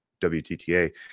WTTA